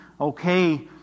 okay